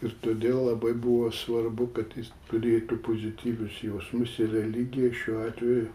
ir todėl labai buvo svarbu kad jis turėtų pozityvius jausmus ir religija šiuo atveju